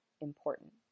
important